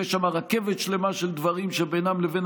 ויש שם רכבת שלמה של דברים שביניהם לבין